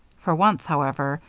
for once, however,